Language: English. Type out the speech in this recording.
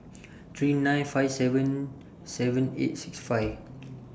three nine five seven seven eight six five